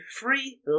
free